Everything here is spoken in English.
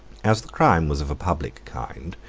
as the crime was of a public kind,